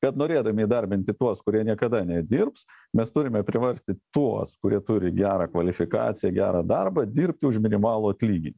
kad norėdami įdarbinti tuos kurie niekada nedirbs mes turime priversti tuos kurie turi gerą kvalifikaciją gerą darbą dirbti už minimalų atlygį